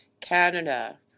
Canada